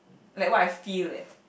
like what I feel eh